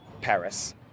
Paris